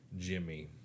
jimmy